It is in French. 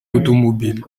automobile